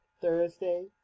Thursday